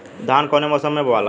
धान कौने मौसम मे बोआला?